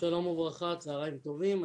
שלום וברכה, צוהריים טובים.